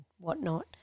whatnot